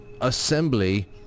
assembly